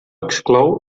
exclou